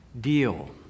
deal